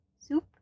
Soup